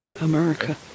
America